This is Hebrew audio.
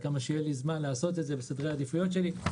כמה שיהיה לי זמן לעשות את זה בסדרי העדיפויות שלי,